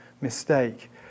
mistake